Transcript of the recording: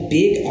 big